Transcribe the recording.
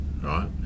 right